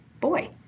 boy